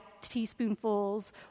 teaspoonfuls